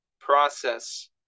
process